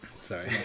Sorry